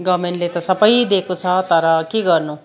गभर्मेन्टले त सबै दिएको छ तर के गर्नु